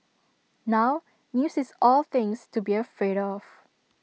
now news is all things to be afraid of